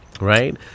Right